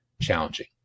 challenging